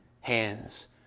hands